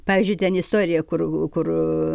pavyzdžiui ten istorija kur kur